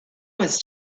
was